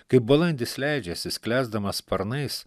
kaip balandis leidžiasi sklęsdamas sparnais